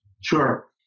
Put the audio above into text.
Sure